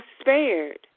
spared